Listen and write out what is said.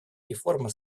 реформа